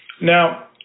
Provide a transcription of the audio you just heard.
Now